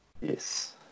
Yes